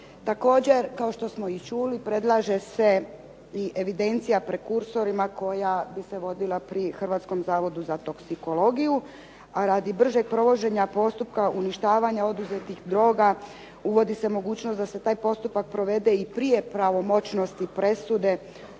Također kao što smo i čuli predlaže se i evidencija prekursorima koja bi se vodila pri Hrvatskom zavodu za toksikologiju, a radi bržeg provođenja postupka uništavanja oduzetih droga uvodi se mogućnost da se taj postupak provede i prije pravomoćnosti presude ili rješenja,